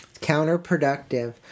Counterproductive